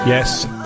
Yes